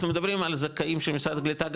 אנחנו מדברים על זכאים של משרד הקליטה,